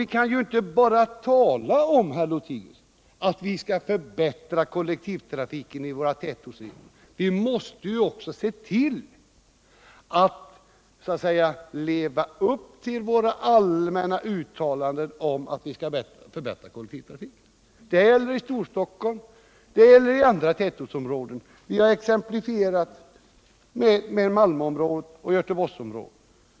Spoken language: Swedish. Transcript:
Vi kan ju inte bara tala om att vi skall förbättra kollektivtrafiken i våra tätorter, utan vi måste också leva upp till våra allmänna uttalanden. Det gäller i Storstockholm, och det gäller i andra tätortsområden. Vi har i vår motion exemplifierat med Malmöområdet och Göteborgsområdet.